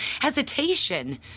hesitation